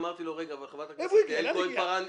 אמרתי לו שחברת הכנסת יעל כהן-פארן לא כאן.